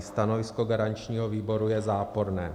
Stanovisko garančního výboru je záporné.